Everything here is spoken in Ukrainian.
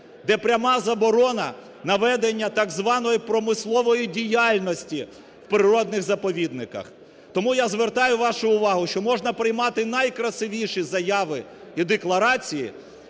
де пряма заборона на ведення так званої промислової діяльності в природних заповідниках. Тому я звертаю вашу увагу, що можна приймати найкрасивіші заяви і декларації,